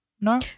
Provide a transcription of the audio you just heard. No